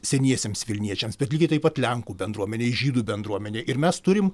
seniesiems vilniečiams bet lygiai taip pat lenkų bendruomenei žydų bendruomenei ir mes turim